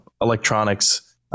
electronics